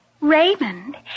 Raymond